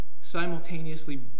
simultaneously